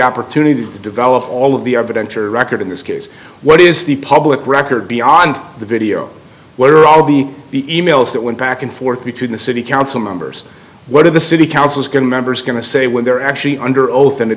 opportunity to develop all of the evidence or record in this case what is the public record beyond the video where all the emails that went back and forth between the city council members one of the city council members are going to say when they're actually under oath in a